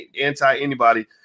anti-anybody